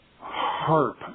harp